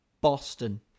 Boston